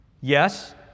Yes